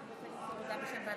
תכריע.